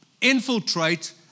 infiltrate